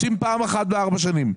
רוצים פעם אחת בארבע שנים.